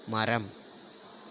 மரம்